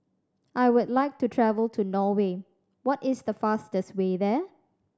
I would like to travel to Norway what is the fastest way there